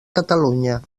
catalunya